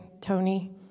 Tony